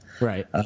Right